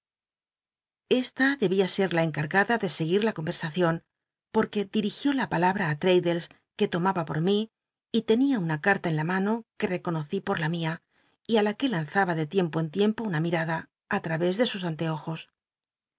esta debía ser la cncargada de seguir la collcrsacion porque dirigió la palabra ü ttaddl cs que lomaba por mi y ten ia una ca rla en la mano que tcconocí por la min y ü la que lanzaba de tiem po en tiem po una mimtla ti tr wés de sus anteojos